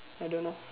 I don't know